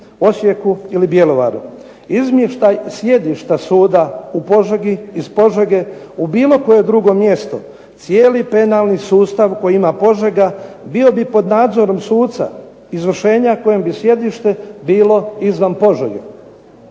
Osijeku ili Bjelovaru. Izmještaj sjedišta suda iz Požege u bilo koje drugo mjesto cijeli penalni sustav koji ima Požega bio pod nadzorom suca izvršenja kojem bi sjedište bilo izvan Požege.